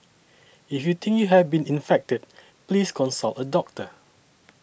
if you think you have been infected please consult a doctor